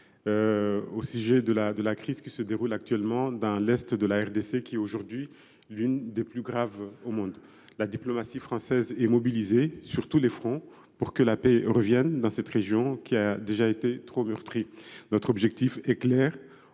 importante de la crise se déroulant dans l’est de la RDC, qui est actuellement l’une des plus graves au monde. La diplomatie française est mobilisée sur tous les fronts pour que la paix revienne dans cette région, qui a déjà été trop meurtrie. Notre objectif est clair